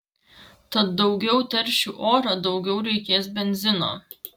tad daugiau teršiu orą daugiau reikės benzino